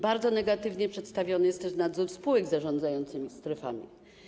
Bardzo negatywnie przedstawiony jest też nadzór spółek zarządzających strefami.